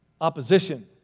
opposition